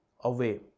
away